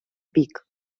бік